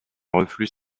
reflux